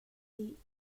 dih